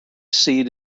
seat